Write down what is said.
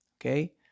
okay